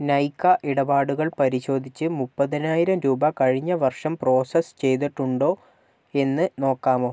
നൈകാ ഇടപാടുകൾ പരിശോധിച്ച് മുപ്പതിനായിരം രൂപ കഴിഞ്ഞ വർഷം പ്രോസസ്സ് ചെയ്തിട്ടുണ്ടോ എന്ന് നോക്കാമോ